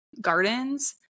gardens